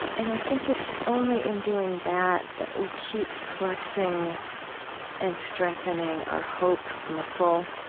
and i think it's only in doing that that we keep flexing and strengthening our hope muscle.